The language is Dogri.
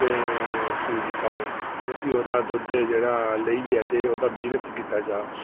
अते सूई दी गौ अते फ्ही ओह्दा दुद्ध जेह्ड़ा लेइयै ते ओह्दा बिजनस कीता जा